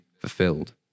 fulfilled